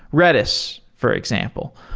redis, for example.